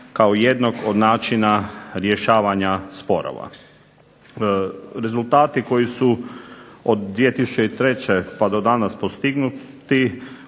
kao jednog od načina rješavanja sporova. Rezultati koji su od 2003. pa do danas postignuti